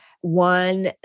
One